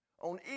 On